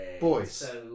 Boys